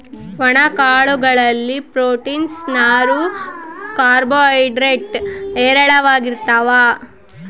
ಒಣ ಕಾಳು ಗಳಲ್ಲಿ ಪ್ರೋಟೀನ್ಸ್, ನಾರು, ಕಾರ್ಬೋ ಹೈಡ್ರೇಡ್ ಹೇರಳವಾಗಿರ್ತಾವ